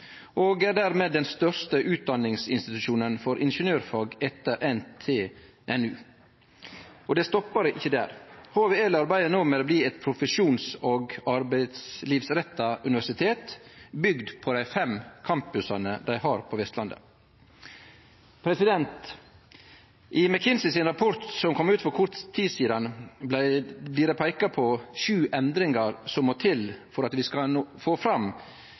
og er dermed den største utdanningsinstitusjonen for ingeniørfag etter NTNU. Og det stoppar ikkje der, HVL arbeider no med å bli eit profesjons- og arbeidslivsretta universitet bygt på dei fem Campusane dei har på Vestlandet. I McKinseys rapport som kom ut for kort tid sidan, blir det peika på sju endringar som må til for at vi fram til 2030 skal